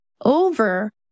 over